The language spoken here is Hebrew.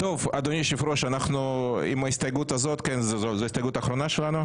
טוב, אדוני היושב ראש, זו ההסתייגות האחרונה שלנו?